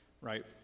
right